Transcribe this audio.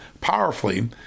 powerfully